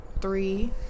three